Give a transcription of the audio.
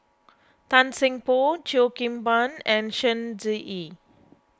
Tan Seng Poh Cheo Kim Ban and Shen